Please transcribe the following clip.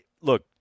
look